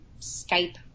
skype